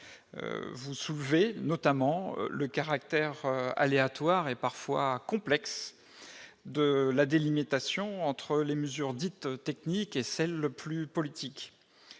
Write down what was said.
vous soulevez notamment le caractère aléatoire et parfois complexes de la délimitation entre les mesures dites techniques et celle plus politique,